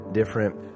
different